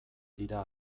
dira